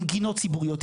עם גינות ציבוריות,